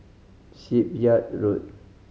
Shipyard Road